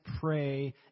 pray